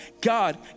God